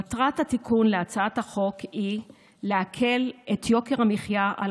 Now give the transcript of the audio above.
מטרת התיקון להצעת החוק היא להקל את יוקר המחיה על